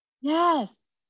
Yes